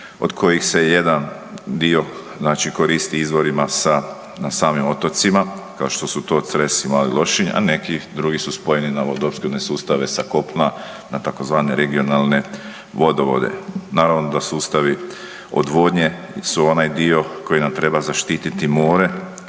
od koji se jedan dio koristi izvorima na samim otocima kao što su to Cres i Mali Lošinj, a neki drugi su spojeni na vodoopskrbne sustave sa kopna na tzv. regionalne vodovode. Naravno da sustavi odvodnje su onaj dio koji nam treba zaštititi more